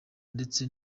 ndetse